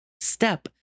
step